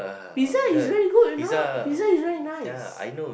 pizza is very good you know pizza is very nice